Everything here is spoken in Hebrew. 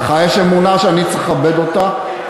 לך יש אמונה שאני צריך לכבד אותה,